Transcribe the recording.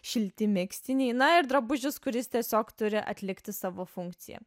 šilti megztiniai na ir drabužis kuris tiesiog turi atlikti savo funkciją